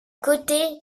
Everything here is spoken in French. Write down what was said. côté